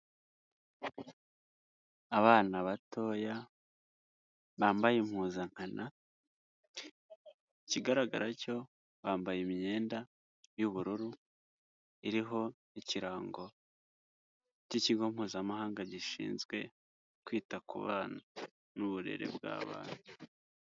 Abana batoya bambaye impuzankana, ikigaragara cyo bambaye imyenda y'ubururu iriho ikirango cy'ikigo mpuzamahanga gishinzwe kwita kubana n'uburere bw'abana.